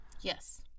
Yes